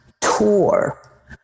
tour